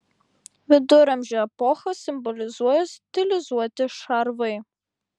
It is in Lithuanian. viduramžių epochą simbolizuoja stilizuoti šarvai